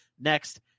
Next